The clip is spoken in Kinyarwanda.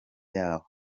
yabo